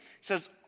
says